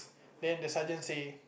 then the sergeant say